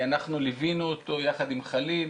אנחנו ליווינו אותו יחד עם חליל.